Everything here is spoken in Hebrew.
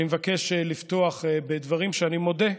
אני מבקש לפתוח בדברים שאני מודה,